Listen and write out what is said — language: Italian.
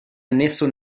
annesso